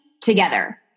together